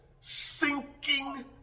sinking